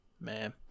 man